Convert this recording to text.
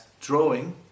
drawing